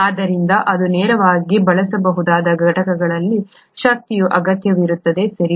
ಆದ್ದರಿಂದ ಇದು ನೇರವಾಗಿ ಬಳಸಬಹುದಾದ ಘಟಕಗಳಲ್ಲಿ ಶಕ್ತಿಯ ಅಗತ್ಯವಿರುತ್ತದೆ ಸರಿ